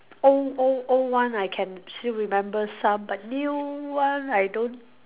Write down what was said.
old old old one I can still remember some but new one I don't